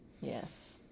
Yes